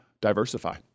diversify